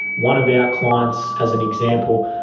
one of our clients, as an example,